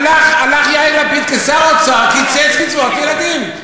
הלך יאיר לפיד כשר האוצר, קיצץ קצבאות ילדים.